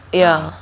ya